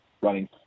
running